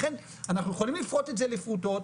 לכן אנחנו יכולים לפרוט את זה לפרוטות